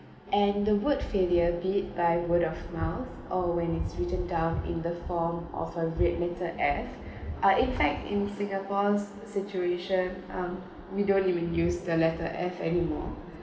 and the word failure beat by word of mouth or when it's written down in the form of a red letter f are in fact in singapore's situation um we don't even use the letter f anymore